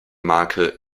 marke